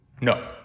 No